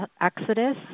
exodus